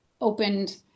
opened